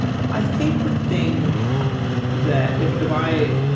i think the thing that if if i